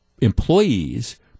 employees